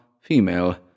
female